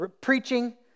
preaching